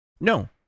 No